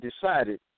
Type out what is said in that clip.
decided